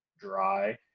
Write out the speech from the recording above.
Dry